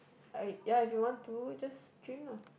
I ya if you want to just drink lah